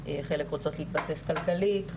חלק רוצות להתבסס כלכלית,